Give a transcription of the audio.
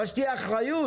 אבל שתהיה אחריות.